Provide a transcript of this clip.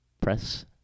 press